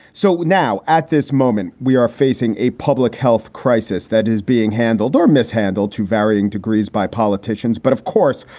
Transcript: so now at this moment, we are facing a public health crisis that is being handled or mishandled to varying degrees by politicians. but of course,